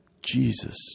Jesus